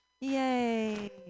Yay